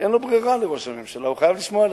אין לו ברירה, לראש הממשלה, הוא חייב לשמוע לך.